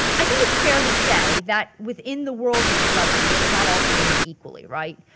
i think it's fair to say that within the world of celebrity it's not all created equally, right?